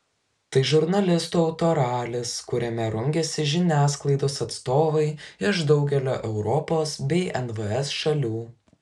tai žurnalistų autoralis kuriame rungiasi žiniasklaidos atstovai iš daugelio europos bei nvs šalių